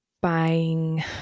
buying